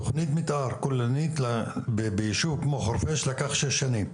תכנית מתאר כוללנית בישוב כמו חורפיש לקח שש שנים,